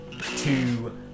two